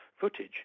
footage